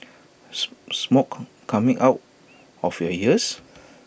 smoke coming out of your ears